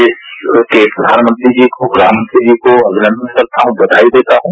देश के प्रधानमंत्री जी को गृहमंत्री जी को अमिनन्दन करता हूं बधाई देता हूं